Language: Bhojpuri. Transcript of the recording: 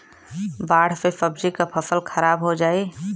बाढ़ से सब्जी क फसल खराब हो जाई